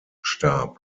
starb